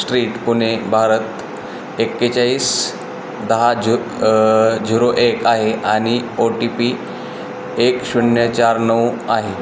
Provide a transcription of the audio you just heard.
street Pune Bharat एकेचाळीस दहा झु झिरो एक आहे आणि ओ टी पी एक शून्य चार नऊ आहे